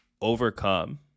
overcome